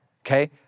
okay